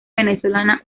venezolana